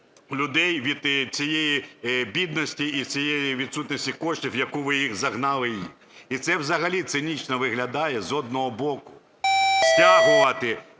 людей від цієї бідності і цієї відсутності коштів, в яку ви їх загнали. І це взагалі цинічно виглядає, з одного боку, стягувати